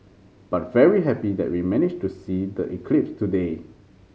but very happy that we managed to see the eclipse today